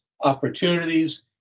opportunities